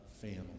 family